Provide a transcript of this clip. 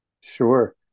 Sure